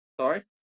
Sorry